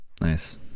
Nice